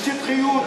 בשטחיות,